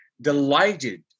delighted